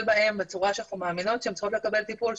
בהם בצורה שאנחנו מאמינות שהם צריכים לקבל טיפול.